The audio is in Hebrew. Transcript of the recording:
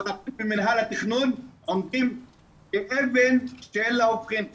אתם כמינהל התכנון עומדים כאבן שאין לה הופכין,